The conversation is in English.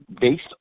based